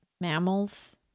mammals